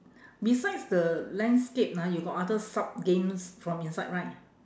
besides the landscape ah you got other sub games from inside right